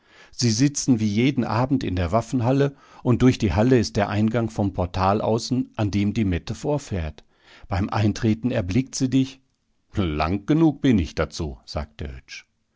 sie sitzen wie jeden abend in der waffenhalle und durch die halle ist der eingang vom portal außen an dem die mette vorfährt beim eintreten erblickt sie dich lang genug bin ich dazu sagte